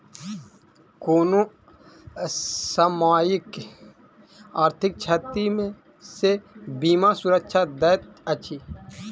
कोनो असामयिक आर्थिक क्षति सॅ बीमा सुरक्षा दैत अछि